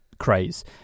craze